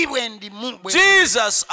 Jesus